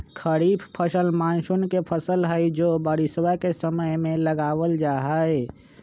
खरीफ फसल मॉनसून के फसल हई जो बारिशवा के समय में लगावल जाहई